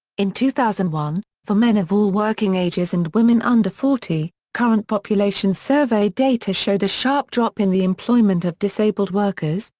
in two thousand and one, for men of all working ages and women under forty, current population survey data showed a sharp drop in the employment of disabled workers,